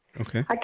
Okay